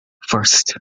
first